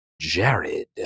Jared